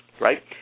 right